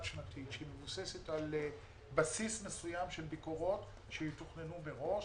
שנתית המבוססת על ביקורות שיתוכננו מראש,